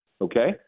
okay